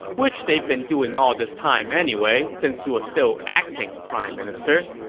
which they've been doing all this time anyway, since he was still acting prime minister.